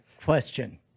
Question